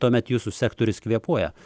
tuomet jūsų sektorius kvėpuoja